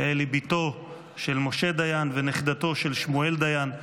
יעל היא בתו של משה דיין ונכדתו של שמואל דיין,